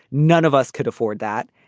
none of us could afford that.